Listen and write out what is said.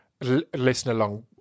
listen-along